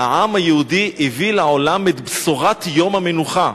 העם היהודי הביא לעולם את בשורת יום המנוחה.